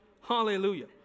Hallelujah